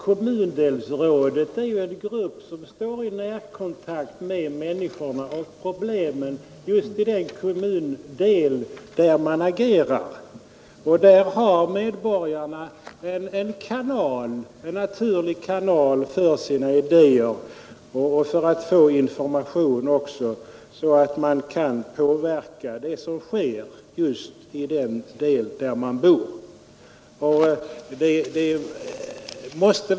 Kommundelsrådet är ju en grupp som står i nära kontakt med människorna och problemen i just den kommundel där de agerar. I kommundelsrådet har medborgarna en naturlig kanal för sina idéer liksom också för sin information, så att man kan hinna påverka det som sker i just den del där man bor.